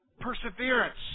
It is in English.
perseverance